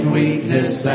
weakness